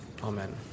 Amen